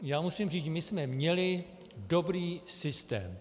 Já musím říct, my jsme měli dobrý systém.